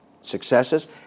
successes